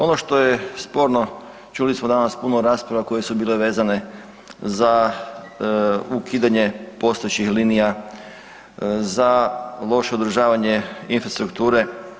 Ono što je sporno čuli smo danas puno rasprava koje su bile vezane za ukidanje postojećih linija, za loše održavanje infrastrukture.